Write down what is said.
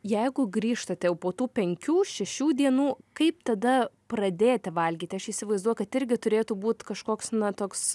jeigu grįžtate jau po tų penkių šešių dienų kaip tada pradėti valgyti aš įsivaizduoju kad irgi turėtų būt kažkoks na toks